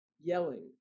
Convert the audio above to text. yelling